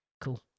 Cool